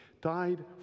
died